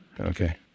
Okay